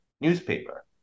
newspaper